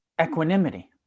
Equanimity